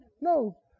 no